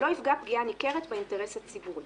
לא יפגע פגיעה ניכרת באינטרס הציבורי.